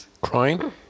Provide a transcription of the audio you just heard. Crying